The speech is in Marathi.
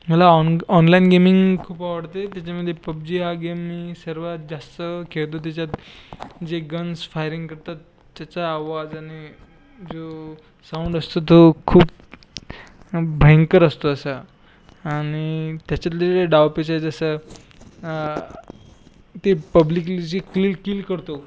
मला ऑन ऑनलाइन गेमिंग खूप आवडते त्याच्यामधे पब जी हा गेम मी सर्वात जास्त खेळतो त्याच्यात जे गन्स फायरिंग करतात त्याचा आवाज आणि जो साऊंड असतो तो खूप भयंकर असतो असा आणि त्याच्यातले डावपेच आहे जसं ते पब्लिकली जे क्लिल किल करतो